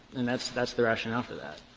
and that's that's the rationale for that.